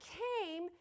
came